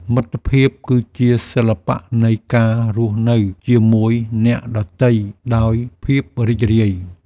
មិត្តភាពគឺជាសិល្បៈនៃការរស់នៅជាមួយអ្នកដទៃដោយភាពរីករាយ។